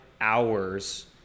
hours